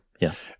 Yes